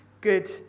Good